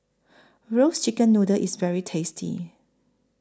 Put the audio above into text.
Roasted Chicken Noodle IS very tasty